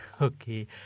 Okay